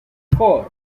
four